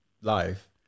life